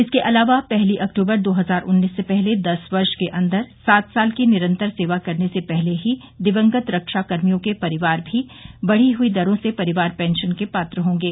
इसके अलावा पहली अक्टूबर दो हजार उन्नीस से पहले दस वर्ष के अंदर सात साल की निरतर सेवा करने से पहले ही दिवंगत रक्षा कर्मियों के परिवार भी बढ़ी हुई दरों से परिवार पेंशन के पात्र होंगे